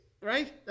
Right